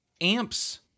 amps